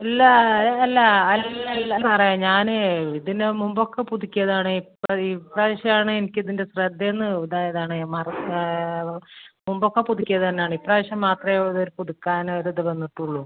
ഇല്ല അല്ല അല്ലല്ല സാറേ ഞാന് ഇതിന് മുമ്പൊക്കെ പുതുക്കിയതാണ് ഇപ്പോൾ ഈ പ്രാവശ്യമാണ് എനിക്കിതിൻ്റെ ശ്രദ്ധയിൽ നിന്ന് ഇതായതാണ് മറ മുമ്പൊക്കെ പുതുക്കിയത് തന്നെയാണ് ഈ പ്രാവശ്യം മാത്രമെ ഒര് പുതുക്കാനൊരിത് വന്നിട്ടുള്ളു